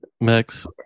Max